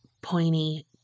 pointy